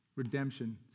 Redemption